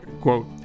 Quote